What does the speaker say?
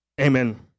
Amen